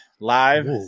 live